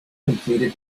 completed